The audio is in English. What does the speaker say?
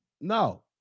no